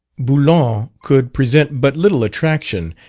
boulogne could present but little attraction,